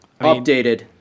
Updated